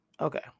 Okay